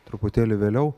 truputėlį vėliau